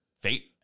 fate